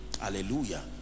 hallelujah